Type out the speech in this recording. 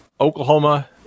Oklahoma